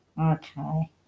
okay